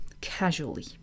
casually